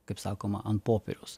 kaip sakoma ant popieriaus